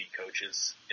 coaches